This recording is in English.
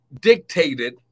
dictated